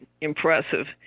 impressive